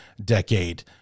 decade